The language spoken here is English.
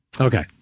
Okay